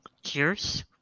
Cheers